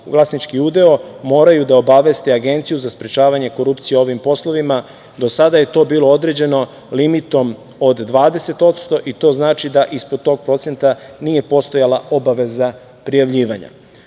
vlasnički udeo moraju da obaveste Agenciju za sprečavanje korupcije o ovim poslovima. Do sada je to bilo određeno limitom od 20% i to znači da ispod tog procenta nije postojala obaveza prijavljivanja. Dobro